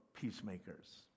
peacemakers